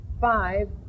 five